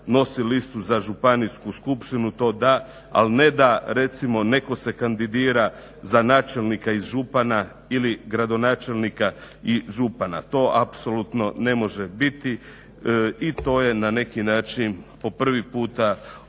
nosi listu za županijsku skupštinu, to da, ali ne da recimo netko se kandidira za načelnika i župana ili gradonačelnika i župana. To apsolutno ne može biti i to je na neki način po prvi puta jasno,